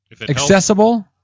accessible